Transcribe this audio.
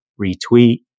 retweet